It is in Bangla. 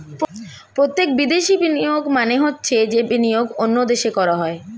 প্রত্যক্ষ বিদেশি বিনিয়োগ মানে হচ্ছে যে বিনিয়োগ অন্য দেশে করা হয়